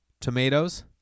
Tomatoes